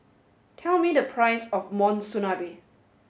tell me the price of Monsunabe